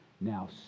now